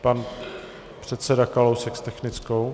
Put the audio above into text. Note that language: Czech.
Pan předseda Kalousek s technickou.